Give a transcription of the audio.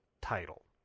title